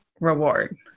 reward